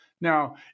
Now